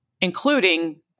including